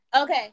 Okay